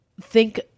think-